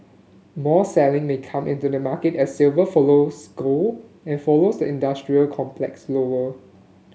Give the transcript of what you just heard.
more selling may come into the market as silver follows gold and follows the industrial complex lower